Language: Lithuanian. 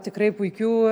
tikrai puikių